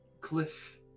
cliff